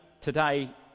today